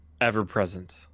ever-present